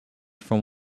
from